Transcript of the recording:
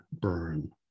burn